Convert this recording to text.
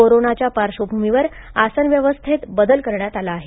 कोरोनाच्या पार्श्वभूमीवर आसन व्यवस्थेत बदल करण्यात आला आहे